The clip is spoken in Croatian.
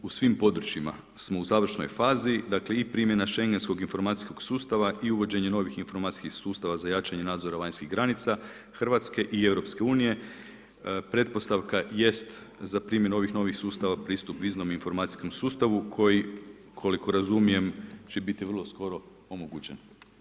U svim područjima smo u završnoj fazi, dakle, i primjena Šengenskog informacijskog sustava i uvođenje novih informacijskih sustava za jačanje nadzora vanjskih granica RH i EU pretpostavka jest za primjenu ovih novih sustava pristup izvornom informacijskom sustavu, koji, koliko razumijem će biti vrlo skoro omogućen.